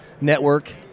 network